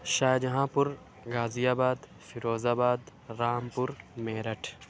Shahjahan Ghaziabad Firozabad Rampur Meerut